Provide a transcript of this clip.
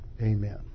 Amen